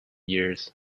years